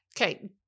Okay